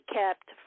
kept